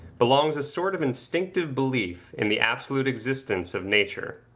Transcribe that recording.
belongs a sort of instinctive belief in the absolute existence of nature.